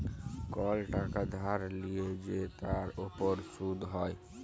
call টাকা ধার লিয়ে যে তার উপর শুধ হ্যয়